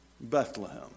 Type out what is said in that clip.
Bethlehem